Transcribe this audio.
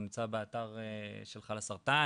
הוא נמצא באתר של חלאסרטן,